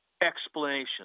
Explanation